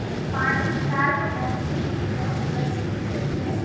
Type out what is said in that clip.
पानि सार्वभौमिक रूप सं घुलनशील होइ छै